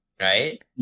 right